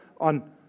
on